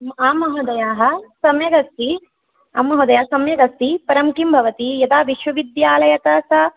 आम् महोदयाः सम्यगस्ति आम् महोदयाः सम्यगस्ति परं किं भवति यदा विश्वविद्यालयतः